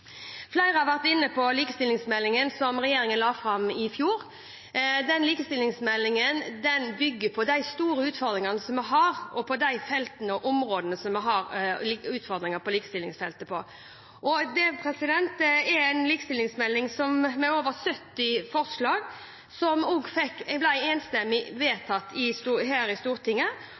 Flere har vært inne på likestillingsmeldingen som regjeringen la fram i fjor. Den likestillingsmeldingen bygger på de store utfordringene vi har, og på de områdene der vi har utfordringer på likestillingsfeltet. Det er en likestillingsmelding med over 70 forslag, som ble enstemmig vedtatt her i Stortinget.